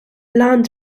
land